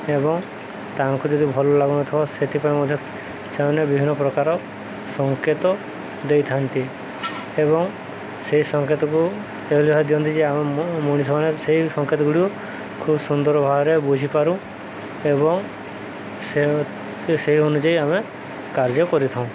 ଏବଂ ତାଙ୍କୁ ଯଦି ଭଲ ଲାଗୁନଥିବ ସେଥିପାଇଁ ମଧ୍ୟ ସେମାନେ ବିଭିନ୍ନ ପ୍ରକାର ସଙ୍କେତ ଦେଇଥାନ୍ତି ଏବଂ ସେଇ ସଙ୍କେତକୁ ଏଭଳି ଭାବ ଦିଅନ୍ତି ଯେ ଆମେ ମଣିଷମାନେ ସେଇ ସଙ୍କେତ ଗୁଡ଼ିକ ଖୁବ ସୁନ୍ଦର ଭାବରେ ବୁଝିପାରୁ ଏବଂ ସେ ସେଇ ଅନୁଯାୟୀ ଆମେ କାର୍ଯ୍ୟ କରିଥାଉଁ